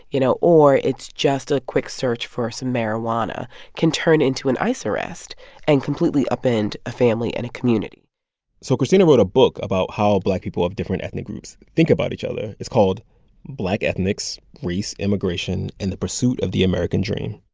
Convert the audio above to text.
you know, or it's just a quick search for some marijuana can turn into an ice arrest and completely upend a family and a community so christina wrote a book about how black people of different ethnic groups think about each other. it's called black ethnics race, immigration, and the pursuit of the american dream.